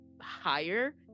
higher